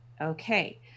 Okay